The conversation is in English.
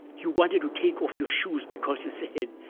you wanted to take off your shoes because you said,